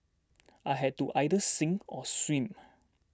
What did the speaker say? I had to either sink or swim